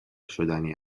شدنی